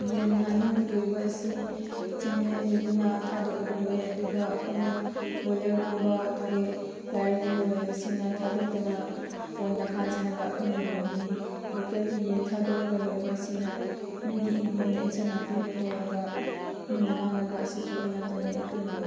ꯌꯦꯟ ꯉꯥꯅꯨ ꯂꯣꯏꯕ ꯑꯁꯤ ꯆꯤꯡꯌꯦꯟ ꯂꯣꯏꯕꯅ ꯊꯥꯗꯣꯛꯂꯒ ꯂꯣꯏ ꯑꯗꯨꯒ ꯑꯩꯈꯣꯏꯅ ꯕꯣꯏꯂꯔꯒꯨꯝꯕ ꯑꯗꯨꯒꯤ ꯂꯥꯌꯔꯒꯨꯝꯕ ꯂꯣꯏꯕꯁꯤꯅ ꯊꯥꯗꯣꯛꯇꯅ ꯄꯣꯟꯗ ꯈꯥꯖꯤꯜꯂꯒ ꯑꯩꯈꯣꯏꯅ ꯂꯣꯏꯕꯅꯤ ꯂꯣꯀꯦꯜꯒꯤ ꯌꯦꯟ ꯊꯥꯗꯣꯛꯂꯒ ꯂꯣꯏꯕ ꯑꯁꯤꯅ ꯃꯤꯒꯤ ꯏꯪꯈꯣꯜꯗ ꯑꯦꯟꯁꯥꯡ ꯅꯥꯄꯤ ꯍꯣꯠꯇꯣꯛꯂꯒ ꯃꯤꯅ ꯉꯥꯡꯅꯕ ꯑꯁꯤꯁꯨ ꯑꯌꯥꯝꯕꯅꯤ ꯑꯗꯨꯅ